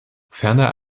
ferner